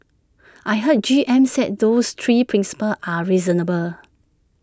I heard G M said those three principles are reasonable